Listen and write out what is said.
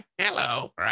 hello